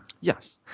Yes